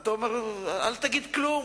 אתה אומר: אל תגיד כלום,